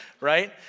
right